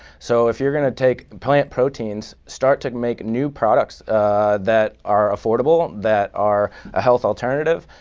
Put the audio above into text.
so if you're going to take the plant proteins, start to make new products that are affordable, that are a health alternative,